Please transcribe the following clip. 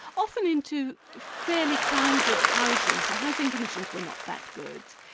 often into fairly crowded housing, so housing conditions were not that good.